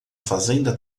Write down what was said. fazenda